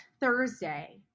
Thursday